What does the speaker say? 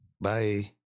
Bye